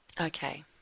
Okay